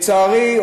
לצערי,